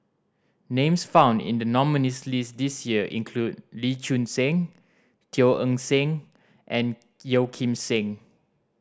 names found in the nominees' list this year include Lee Choon Seng Teo Eng Seng and Yeo Kim Seng